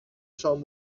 شام